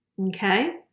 Okay